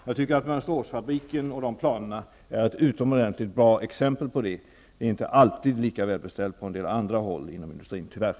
Jag tycker att Mönsteråsfabriken och dessa planer är ett utomordentligt bra exempel på detta. Det är inte alltid lika välbeställt på en del andra håll inom industrin -- tyvärr.